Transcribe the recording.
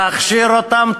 תכשיר אותם,